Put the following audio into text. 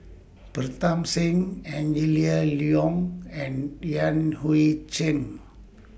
Pritam Singh Angela Liong and Yan Hui Chang